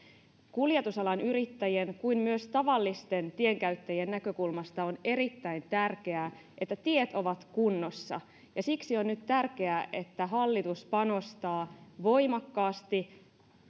kuljetusalan yrittäjien kuin myös tavallisten tienkäyttäjien näkökulmasta on erittäin tärkeää että tiet ovat kunnossa ja siksi on nyt tärkeää että hallitus panostaa voimakkaasti